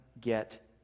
get